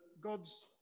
God's